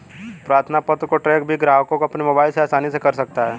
प्रार्थना पत्र को ट्रैक भी ग्राहक अपने मोबाइल से आसानी से कर सकता है